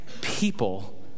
people